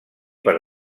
per